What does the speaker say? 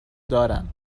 دارن